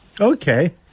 Okay